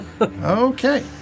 Okay